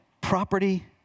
property